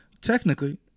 technically